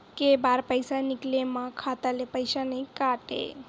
के बार पईसा निकले मा खाता ले पईसा नई काटे?